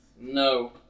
No